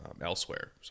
elsewhere